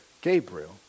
Gabriel